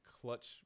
clutch